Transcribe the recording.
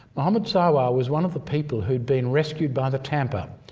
muhammad sawa was one of the people who'd been rescued by the tampa,